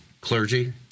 clergy